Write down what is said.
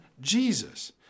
Jesus